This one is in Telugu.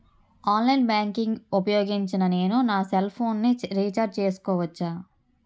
ఆన్లైన్ బ్యాంకింగ్ ఊపోయోగించి నేను నా సెల్ ఫోను ని రీఛార్జ్ చేసుకోవచ్చా?